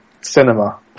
cinema